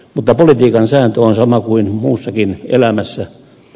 mutta politiikan sääntö on sama kuin muussakin elämässä